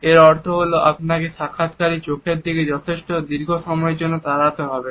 এর অর্থ হলো আপনাকে সাক্ষাৎকারকারীর চোখের দিকে যথেষ্ট দীর্ঘ সময়ের জন্য তাড়াতে হবে